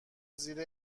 زیر